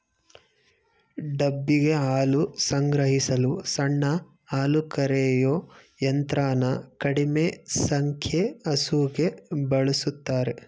ಡಬ್ಬಿಗೆ ಹಾಲು ಸಂಗ್ರಹಿಸಲು ಸಣ್ಣ ಹಾಲುಕರೆಯೋ ಯಂತ್ರನ ಕಡಿಮೆ ಸಂಖ್ಯೆ ಹಸುಗೆ ಬಳುಸ್ತಾರೆ